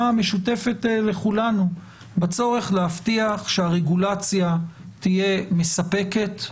המשותפת לכולנו בצורך להבטיח שהרגולציה תהיה מספקת,